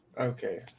Okay